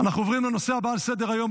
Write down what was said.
אנחנו עוברים לנושא הבא על סדר-היום: